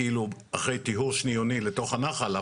כאילו אחרי טיהור שניוני בתוך הנחל,